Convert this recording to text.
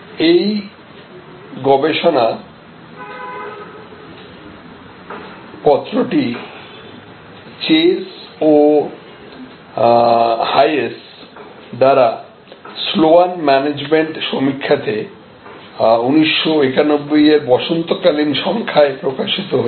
এই গবেষণা পত্রটি চেস ও হায়েস দ্বারা স্লোন ম্যানেজমেন্ট সমীক্ষাতে 1991 এর বসন্তকালীন সংখ্যায় প্রকাশিত হয়েছিল